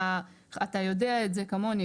אתה יודע את זה כמוני,